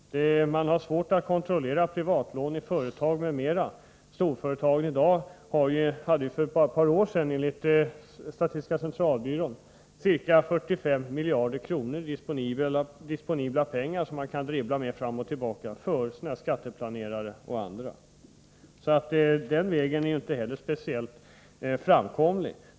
Man har svårt att kontrollera privatlån i företag m.m. Storföretagen hade för bara ett par år sedan enligt statistiska centralbyrån ca 45 miljarder kronor disponibla, som de kunde dribbla med fram och tillbaka till förmån för skatteplanerare och andra. Den vägen är inte heller speciellt framkomlig.